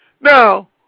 Now